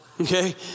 Okay